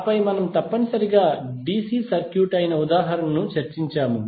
ఆపై మనము తప్పనిసరిగా DC సర్క్యూట్ అయిన ఉదాహరణను చర్చించాము